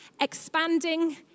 expanding